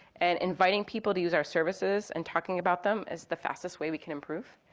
and inviting people to use our services and talking about them is the fastest way we can improve.